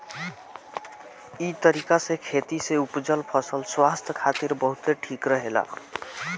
इ तरीका से खेती से उपजल फसल स्वास्थ्य खातिर बहुते ठीक रहेला